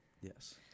Yes